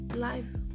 Life